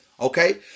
okay